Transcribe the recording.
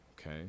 okay